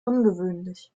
ungewöhnlich